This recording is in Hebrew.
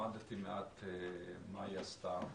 למדתי מעט מה היא עשתה,